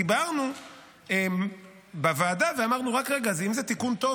דיברנו בוועדה ואמרנו: אם זה תיקון טוב,